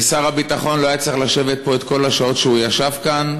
שר הביטחון לא היה צריך לשבת כאן את כל השעות שהוא ישב כאן.